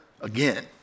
again